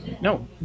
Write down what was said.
no